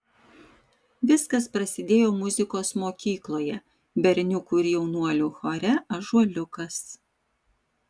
viskas prasidėjo muzikos mokykloje berniukų ir jaunuolių chore ąžuoliukas